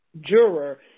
Juror